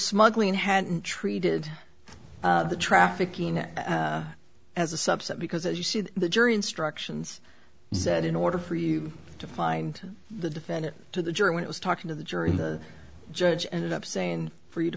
smuggling hadn't treated the trafficking as a subset because as you see the jury instructions said in order for you to find the defendant to the jury when i was talking to the jury the judge and up saying for you to